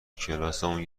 توکلاسمون